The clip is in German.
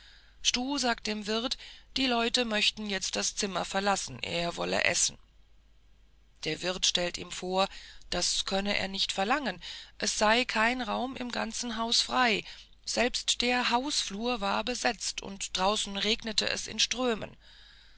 sagt dem wirt die leute möchten jetzt das zimmer verlassen er wolle essen der wirt stellt ihm vor das könne er nicht verlangen es sei kein raum im ganzen hause frei selbst der hausflur war besetzt und draußen regnete es in strömen